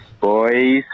boys